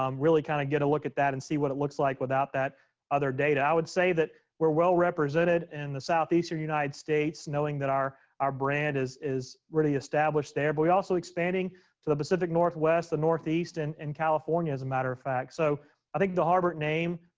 um really kind of get a look at that and see what it looks like without that other data. i would say that we're well represented in the southeastern united states, knowing that our our brand is is really established there. but we're also expanding to the pacific northwest, the northeast and and california, as a matter of fact. so i think the harbert name,